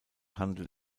handelt